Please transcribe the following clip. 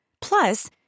Plus